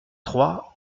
trois